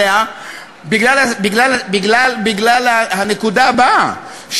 בגלל הנקודה הבאה,